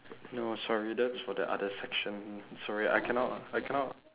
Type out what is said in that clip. no sorry that's for the other section sorry I cannot I cannot